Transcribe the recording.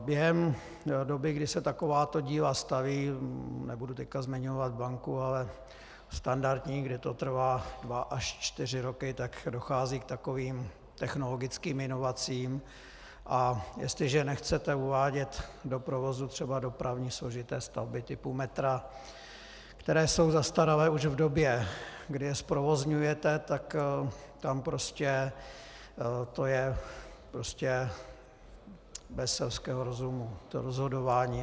Během doby, kdy se takováto díla staví nebudu teď zmiňovat Blanku, ale standardně, kdy to trvá dva až čtyři roky tak dochází k takovým technologickým inovacím, a jestliže nechcete uvádět do provozu třeba dopravně složité stavby typu metra, které jsou zastaralé už v době, kdy je zprovozňujete, tak tam to je prostě bez selského rozumu, to rozhodování.